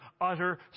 utter